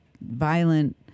violent